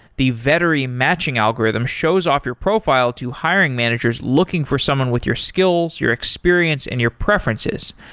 the vettery matching algorithm shows off your profile to hiring managers looking for someone with your skills, your experience and your preferences.